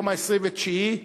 היום ה-29,